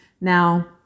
Now